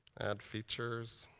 add features.